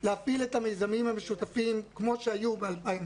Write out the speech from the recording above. להפעיל את המיזמים המשותפים כפי שהיו ב-2019.